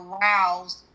aroused